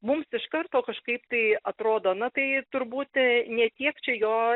mums iš karto kažkaip tai atrodo na tai turbūt ne tiek čia jo